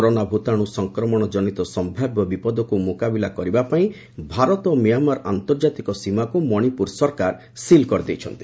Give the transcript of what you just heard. corona ଭୂତାଣୁ ସଂକ୍ରମଣ ଜନିତ ସମ୍ଭାବ୍ୟ ବିପଦକୁ ମ୍ରକାବିଲା କରିବା ପାଇଁ ଭାରତ ଓ ମ୍ୟାଁମାର ଆନ୍ତର୍ଜାତିକ ସୀମାକୃ ମଣିପ୍ରର ସରକାର ସିଲ୍ କରିଦେଇଛନ୍ତି